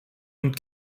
und